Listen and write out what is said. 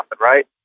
right